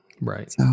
Right